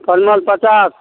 परवल पचास